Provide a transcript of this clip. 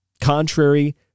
Contrary